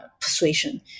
persuasion